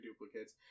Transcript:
duplicates